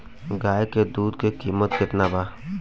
गाय के दूध के कीमत केतना बा?